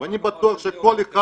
אני בטוח שכל אחד